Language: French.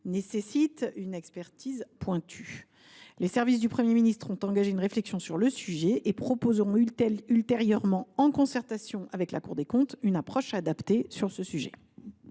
requièrent une expertise pointue. Les services du Premier ministre ont engagé une réflexion sur le sujet et proposeront ultérieurement, en concertation avec la Cour des comptes, une approche adaptée sur ce sujet.